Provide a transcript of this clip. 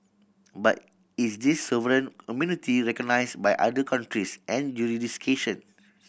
but is this sovereign immunity recognise by other countries and